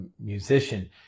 musician